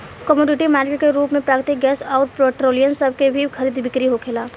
commodity market के रूप में प्राकृतिक गैस अउर पेट्रोलियम सभ के भी खरीद बिक्री होखेला